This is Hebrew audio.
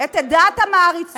את עדת המעריצות.